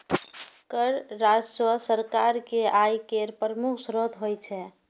कर राजस्व सरकार के आय केर प्रमुख स्रोत होइ छै